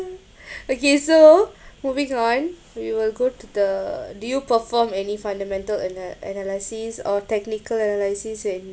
okay so moving on we will go to the do you perform any fundamental ana~ analysis or technical analysis in